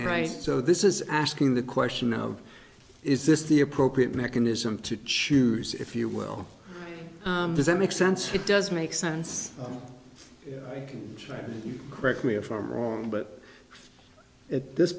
right so this is asking the question of is this the appropriate mechanism to choose if you will does that make sense it does make sense right and correct me if i'm wrong but at this